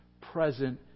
present